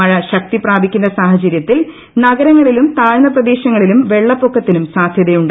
മഴ ് ശക്തി പ്രാപിക്കുന്ന സാഹചര്യത്തിൽ നഗരങ്ങളിലും താഴ്ന്ന പ്രദേശങ്ങളിലും വെള്ളപ്പൊക്കത്തിനും പ്രസാധ്യതയുണ്ട്